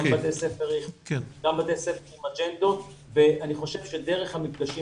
גם בתי ספר עם אג'נדות ואני חושב שדרך המפגשים